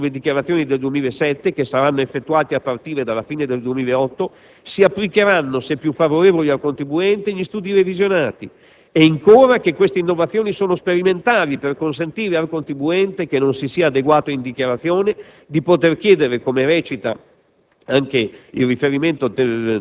Inoltre, ha aggiunto che per i controlli sulle dichiarazioni del 2007, che saranno effettuati a partire dalla fine del 2008, si applicheranno, se più favorevoli ai contribuenti, gli studi revisionati e, ancora, che queste innovazioni sono sperimentali per consentire al contribuente che non si sia adeguato in dichiarazione di poter chiedere - come recita